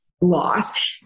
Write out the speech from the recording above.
loss